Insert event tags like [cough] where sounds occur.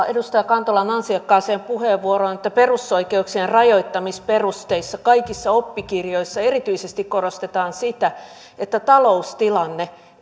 [unintelligible] edustaja kantolan ansiokkaaseen puheenvuoroon että perusoikeuksien rajoittamisperusteissa kaikissa oppikirjoissa erityisesti korostetaan sitä että taloustilanne